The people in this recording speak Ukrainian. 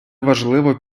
важливо